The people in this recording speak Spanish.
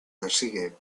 persigue